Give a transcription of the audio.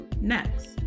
next